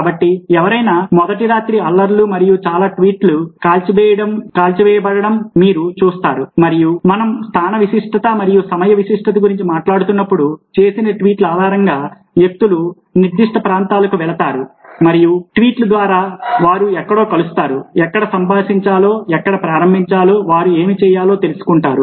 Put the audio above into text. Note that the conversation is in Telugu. కాబట్టి ఎవరైనా మొదటి రాత్రి అల్లర్లు మరియు చాలా ట్వీట్లు కాల్చివేయబడటం మీరు చూస్తారు మరియు మనం స్థాన విశిష్టత మరియు సమయ విశిష్టత గురించి మాట్లాడుతున్నప్పుడు చేసిన ట్వీట్ల ఆధారంగా వ్యక్తులు నిర్దిష్ట ప్రాంతాలకు వెళతారు మరియు ట్వీట్ల ద్వారా వారు ఎక్కడ కలుస్తారో ఎక్కడ సంభాషించాలో ఎక్కడ ప్రారంభించాలో వారు ఏమి చేయాలో తెలుసుకుంటారు